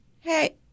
Hey